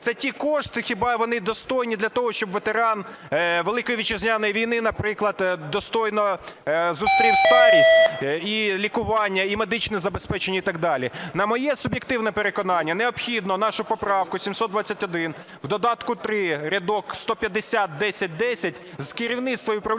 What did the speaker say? Це ті кошти, хіба вони достойні для того, щоб ветеран Великої Вітчизняної війни, наприклад, достойно зустрів старість, і лікування, і медичне забезпечення і так далі? На моє суб'єктивне переконання, необхідно нашу поправку 721 в додатку 3, рядок 1501010 з керівництва і управління